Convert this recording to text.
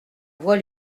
voix